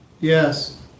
yes